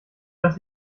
dass